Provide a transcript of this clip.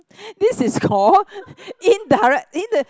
this is called indirect in the